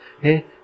Hey